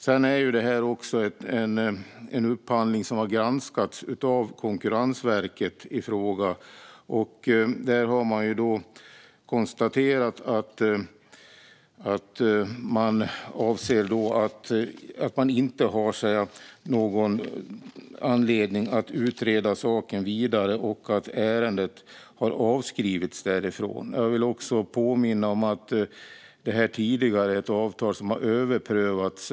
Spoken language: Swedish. Det här är också en upphandling som har granskats av Konkurrensverket, som har konstaterat att man inte har någon anledning att utreda saken vidare och avskrivit ärendet. Jag vill också påminna om att avtalet tidigare har överprövats.